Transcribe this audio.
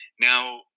Now